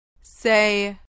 Say